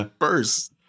first